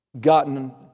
gotten